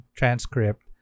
transcript